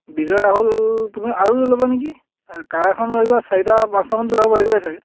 বিজয় ৰাহুল তুমি আৰু লৈ ল'বা নেকি কাৰ এখন লৈ লোৱা চাৰিটা পাঁচটামানতো যাব পাৰিবাই চাগে